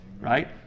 Right